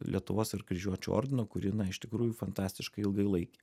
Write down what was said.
lietuvos ir kryžiuočių ordino kuri na iš tikrųjų fantastiškai ilgai laikė